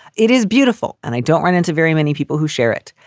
it is beautiful, and i don't run into very many people who share it.